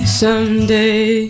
someday